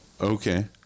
Okay